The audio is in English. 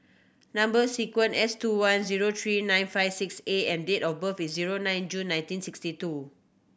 number sequence S two one zero three nine five six A and date of birth is zero nine June nineteen sixty two